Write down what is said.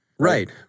Right